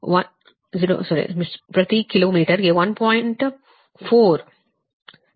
4 milli henry